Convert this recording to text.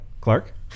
Clark